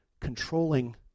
controlling